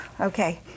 Okay